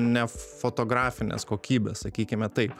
nefotografinės kokybės sakykime taip